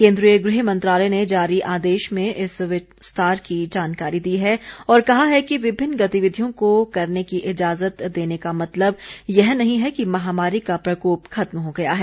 केंद्रीय गृह मंत्रालय ने जारी आदेश में इस विस्तार की जानकारी दी है और कहा है कि विभिन्न गतिविधियों को करने की इजाजत देने का मतलब यह नहीं है कि महामारी का प्रकोप खत्म हो गया है